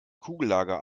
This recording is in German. kugellager